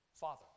Father